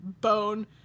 bone